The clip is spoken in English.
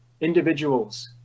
individuals